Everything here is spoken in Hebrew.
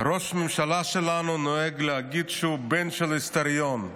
ראש הממשלה שלנו נוהג להגיד שהוא בן של היסטוריון,